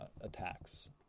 attacks